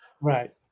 Right